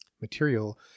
material